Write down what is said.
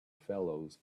fellows